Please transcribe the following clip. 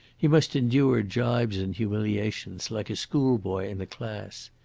he must endure gibes and humiliations like a schoolboy in a class.